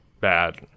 Bad